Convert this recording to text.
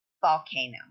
Volcano